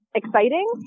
exciting